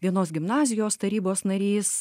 vienos gimnazijos tarybos narys